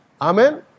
Amen